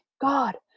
God